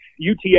UTA